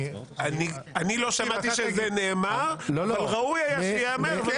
אני לא שמעתי שזה נאמר, אבל ראוי היה שייאמר.